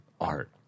art